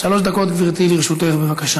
שלוש דקות, גברתי, לרשותך, בבקשה.